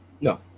no